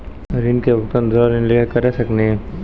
ऋण के भुगतान दूसरा ऋण लेके करऽ सकनी?